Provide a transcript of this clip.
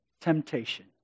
temptation